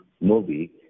movie